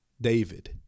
David